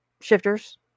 shifters